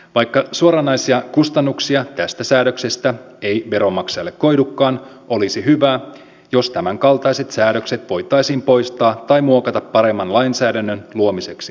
vaikka suoranaisia kustannuksia tästä säädöksestä ei veronmaksajalle koidukaan olisi hyvä jos tämänkaltaiset säädökset voitaisiin poistaa tai muokata paremman lainsäädännön luomiseksi suomalaisille